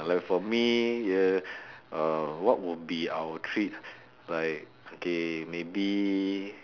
like for me yeah uh what would be our treat like okay maybe